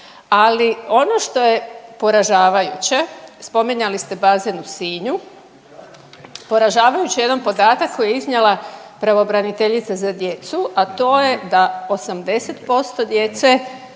ali ono što je poražavajuće, spominjali ste bazen u Sinju, poražavajuće je jedan podatak koji je iznijela pravobraniteljica za djecu, a to je da 80% djece